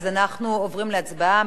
אנחנו עוברים להצבעה.